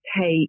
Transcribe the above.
take